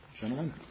Gentlemen